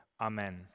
Amen